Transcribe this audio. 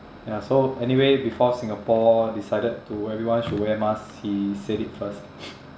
ya so anyway before singapore decided to everyone should wear mask he said it first